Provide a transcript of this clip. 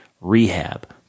rehab